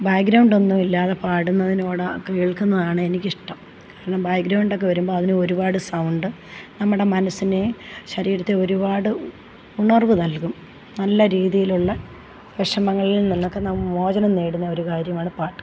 ബാക്ക്ഗ്രൗണ്ടൊന്നും ഇല്ലാതെ പാടുന്നതിനോടാണ് കേൾക്കുന്നതാാണ് എനിക്ക് ഇഷ്ടം കാരണം ബാക്ക്ഗ്രൗണ്ടൊക്കെ വരുമ്പോൾ അതിന് ഒരുപാട് സൗണ്ട് നമ്മുടെ മനസ്സിനെ ശരീരത്തെ ഒരുപാട് ഉണർവ് നൽകും നല്ല രീതിയിലുള്ള വിഷമങ്ങളിൽ നിന്നൊക്കെ മോചനം നേടുന്ന ഒരു കാര്യമാണ് പാട്ട്